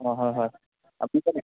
অঁ হয় হয় আপুনি